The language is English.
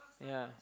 ya